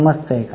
समजतय का